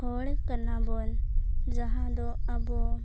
ᱦᱚᱲ ᱠᱟᱱᱟᱵᱚᱱ ᱡᱟᱦᱟᱸ ᱫᱚ ᱟᱵᱚ